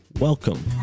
Welcome